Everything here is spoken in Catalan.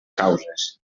causes